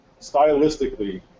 stylistically